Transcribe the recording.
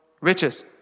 riches